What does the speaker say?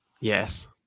yes